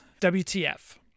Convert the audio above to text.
WTF